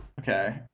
Okay